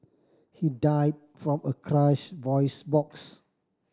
he died from a crushed voice box